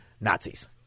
Nazis